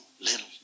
little